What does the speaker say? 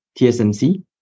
TSMC